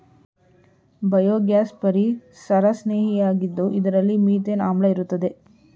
biogas ಪರಿಸರಸ್ನೇಹಿಯಾಗಿದ್ದು ಇದರಲ್ಲಿ methane ಆಮ್ಲ ಇರುತ್ತದೆ